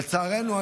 לצערנו,